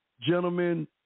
Gentlemen